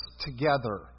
together